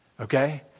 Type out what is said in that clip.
Okay